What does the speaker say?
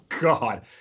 god